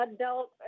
adult